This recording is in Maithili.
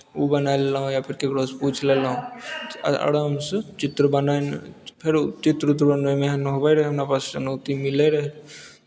ओ बनाए लेलहुँ या फेर ककरोसँ पूछि लेलहुँ अ आरामसँ चित्र बनेनाय फेरो चित्र उत्र बनेनाय नहि होवै रहै हमरा पास चुनौती मिलै रहै